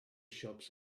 shops